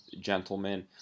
gentlemen